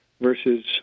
versus